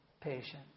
patient